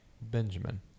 Benjamin